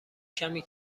کمی